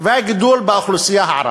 והגידול באוכלוסייה הערבית.